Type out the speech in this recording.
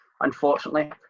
unfortunately